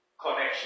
connection